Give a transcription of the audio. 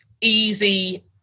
easy